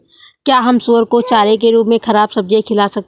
क्या हम सुअर को चारे के रूप में ख़राब सब्जियां खिला सकते हैं?